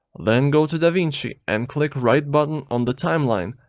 then go to davinci and click right button on the timeline,